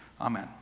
Amen